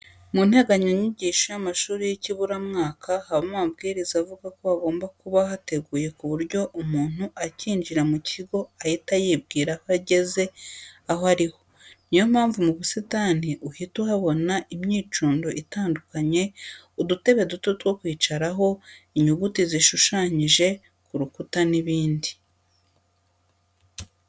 Mu nteganyanyigisho y'amashuri y'ikiburamwaka, habamo amabwiriza avuga ko hagomba kuba hateguye ku buryo umuntu ukinjira mu kigo ahita yibwira aho ageze aho ari ho, ni yo mpamvu mu busitani uhita uhabona imyicundo itandukanye, udutebe duto two kwicaraho, inyuguti zishushanyije ku rukuta n'ibindi.